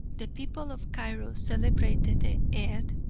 the people of cairo celebrated the eed,